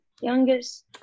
youngest